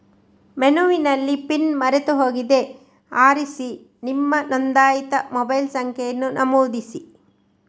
ಮೆನುವಿನಲ್ಲಿ ಪಿನ್ ಮರೆತು ಹೋಗಿದೆ ಆರಿಸಿ ನಿಮ್ಮ ನೋಂದಾಯಿತ ಮೊಬೈಲ್ ಸಂಖ್ಯೆಯನ್ನ ನಮೂದಿಸಿ